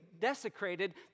desecrated